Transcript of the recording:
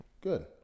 good